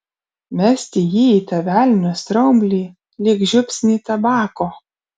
mesti jį į tą velnio straublį lyg žiupsnį tabako